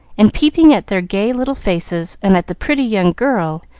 and peeping at their gay little faces, and at the pretty young girl,